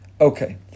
Okay